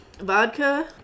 vodka